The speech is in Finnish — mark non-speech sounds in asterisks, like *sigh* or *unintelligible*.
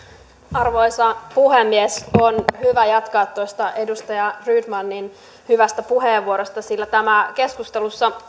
arvoisa puhemies on hyvä jatkaa tuosta edustaja rydmanin hyvästä puheenvuorosta sillä tämä keskustelussa *unintelligible*